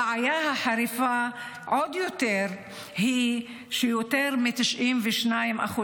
הבעיה החריפה עוד יותר היא שיותר מ-92%